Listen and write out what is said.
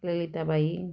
Lalitabai